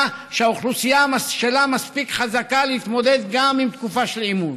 שהאוכלוסייה שלה מספיק חזקה להתמודד גם עם תקופה של עימות.